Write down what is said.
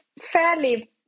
fairly